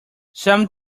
some